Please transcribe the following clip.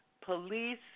police